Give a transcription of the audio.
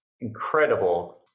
incredible